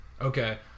Okay